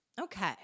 Okay